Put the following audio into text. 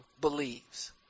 believes